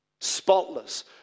spotless